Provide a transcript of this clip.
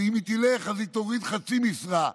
ואם היא תלך אז היא תוריד לחצי משרה.